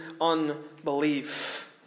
unbelief